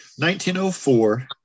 1904